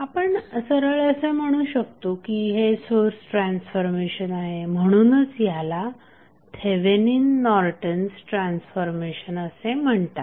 आपण सरळ असे म्हणू शकतो की हे सोर्स ट्रान्सफॉर्मेशन आहे म्हणूनच त्याला थेवेनिन नॉर्टन्स ट्रान्सफॉर्मेशन असे म्हणतात